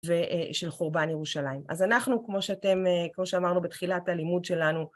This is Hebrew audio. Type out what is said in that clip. ושל חורבן ירושלים. אז אנחנו, כמו שאמרנו בתחילת הלימוד שלנו,